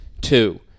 Two